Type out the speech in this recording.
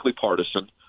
partisan